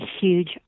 huge